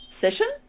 session